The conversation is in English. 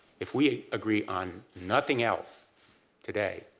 if we agree on nothing else today,